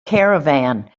caravan